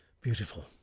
Beautiful